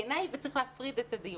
בעיניי צריך להפריד את הדיונים.